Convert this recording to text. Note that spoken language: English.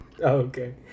okay